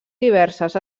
diverses